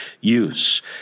use